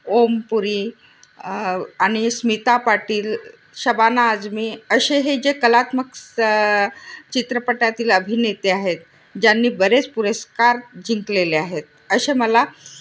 ओमपुरी आणि स्मिता पाटील शबाना आजमी असे हे जे कलात्मक स चित्रपटातील अभिनेते आहेत ज्यांनी बरेच पुरस्कार जिंकलेले आहेत असे मला